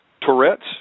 Tourette's